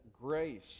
grace